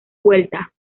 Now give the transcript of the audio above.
vueltas